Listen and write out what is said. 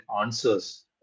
answers